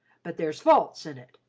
but there's faults in it.